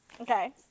Okay